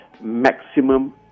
maximum